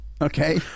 Okay